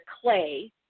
clay